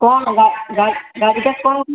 କଣ ଗାଡ଼ିଟା କଣ